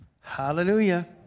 Hallelujah